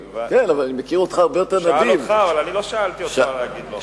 הוא שאל אותך, אבל אני לא שאלתי אותך מה להגיד לו.